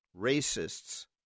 racists